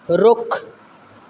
ਰੁੱਖ